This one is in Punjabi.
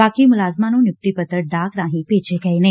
ਬਾਕੀ ਮੁਲਾਜ਼ਮਾਂ ਨੂੰ ਨਿਯੁਕਤੀ ਪੱਤਰ ਡਾਕ ਰਾਹੀਂ ਭੇਜੇ ਗਏ ਨੇ